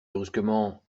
brusquement